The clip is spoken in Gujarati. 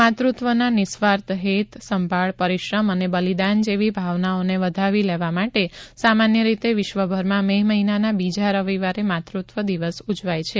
માતૃત્વના નિસ્વાર્થ હેત સંભાળ પરિશ્રમ અને બલિદાન જેવી ભાવનાઓને વધાવી લેવા માટે સામાન્ય રીતે વિશ્વભરમાં મે મહિનાના બીજા રવિવારે માત્રત્વ દિવસ ઉજવાય છે